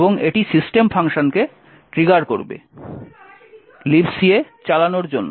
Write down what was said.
এবং এটি সিস্টেম ফাংশনকে ট্রিগার করবে Libc এ চালানোর জন্য